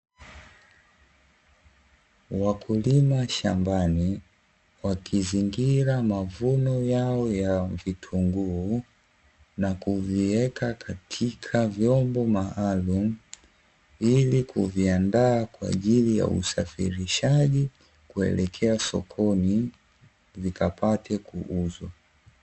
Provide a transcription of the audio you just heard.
Wakulima shambani wakizingira mavuno yao ya vitunguu, na kuviweka katika vyombo maalumu ili kuviandaa kwaajili ya usafirishaji kuelekea sokoni vikapate kuuzwa.